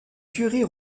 curie